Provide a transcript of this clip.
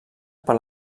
per